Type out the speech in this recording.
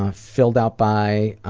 ah filled out by,